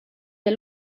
der